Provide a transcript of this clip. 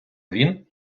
він